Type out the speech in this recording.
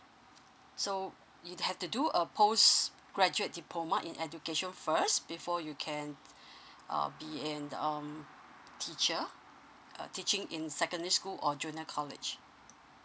so you have to do a post graduate diploma in education first before you can um be in um teacher uh teaching in secondary school or junior college